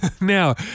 Now